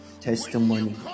testimony